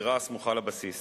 לדירה הסמוכה לבסיס